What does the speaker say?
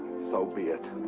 so be it.